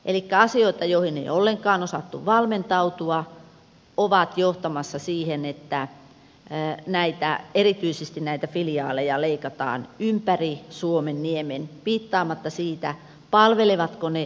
elikkä asiat joihin ei ollenkaan osattu valmentautua ovat johtamassa siihen että erityisesti näitä filiaaleja leikataan ympäri suomenniemen piittaamatta siitä palvelevatko ne pk sektoria vai eivät